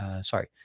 Sorry